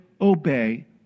obey